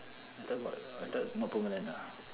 I thought got I thought not permanent ah